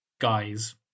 guys